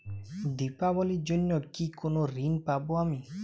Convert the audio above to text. দীপাবলির জন্য কি কোনো ঋণ পাবো আমি?